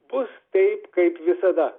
bus taip kaip visada